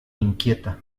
inquieta